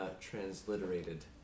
transliterated